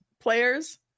players